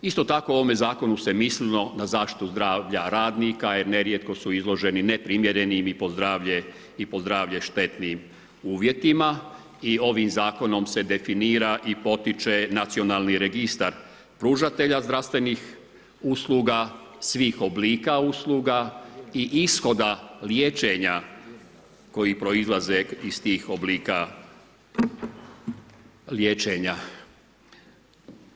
Isto tako u ovome zakonu se mislilo na zaštitu zdravlja radnika jer nerijetko su izloženi neprimjerenim i po zdravlje štetnim uvjetima i ovim zakonom se definira i potiče nacionalni registar pružatelja zdravstvenih usluga ,svih oblika usluga i ishoda liječenja koji proizlaze iz tih oblika liječenja.